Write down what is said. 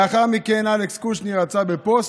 לאחר מכן אלכס קושניר יצא בפוסט: